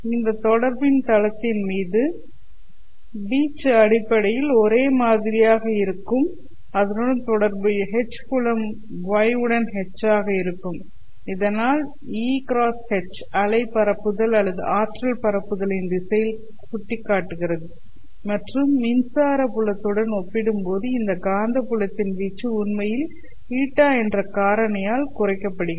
இந்த தொடர்பின் தளத்தின் மீது வீச்சு அடிப்படையில் ஒரே மாதிரியாக இருக்கும் அதனுடன் தொடர்புடைய H' புலம் y உடன் H' ஆக இருக்கும் இதனால் E'×H' அலை பரப்புதல் அல்லது ஆற்றல் பரப்புதலின் திசையில் சுட்டிக்காட்டுகிறது மற்றும் மின்சார புலத்துடன் ஒப்பிடும்போது இந்த காந்தப்புலத்தின் வீச்சு உண்மையில் η என்ற காரணியால் குறைக்கப்படுகிறது